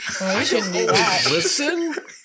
Listen